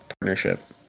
partnership